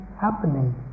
happening